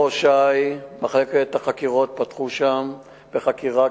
מחוז ש"י, מחלקת החקירות, פתח שם בחקירה.